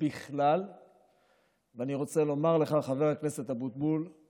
אני לא חושב שיש אזרח בישראל שלא יצא לו להיתקל בתופעה הזאת של